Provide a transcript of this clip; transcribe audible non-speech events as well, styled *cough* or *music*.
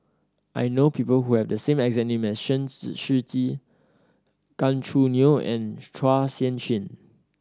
I know people who have the same exact name as *unintelligible* Shiji Gan Choo Neo and Chua Sian Chin